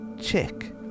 check